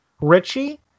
Richie